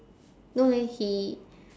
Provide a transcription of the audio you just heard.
no leh he